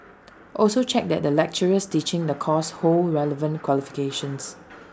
also check that the lecturers teaching the course hold relevant qualifications